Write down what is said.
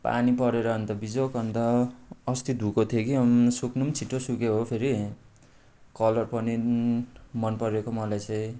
पानी परेर अन्त बिजोग अन्त अस्ति धोएको थिएँ कि सुक्नु पनि नि छिटो सुक्यो हो फेरि कलर पनि पो मनपरेको मलाई चाहिँ